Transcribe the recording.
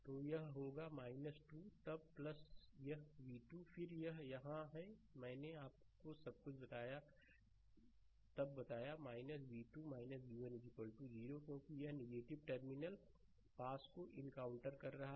तो यह होगा 2 तब यह v2 फिर यहाँ यह यहाँ है मैंने आपको सब कुछ तब बताया v2 v1 0 क्योंकि यह टर्मिनल पास को इनकाउंटर कर रहा है